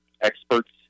experts